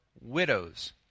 widows